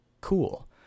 cool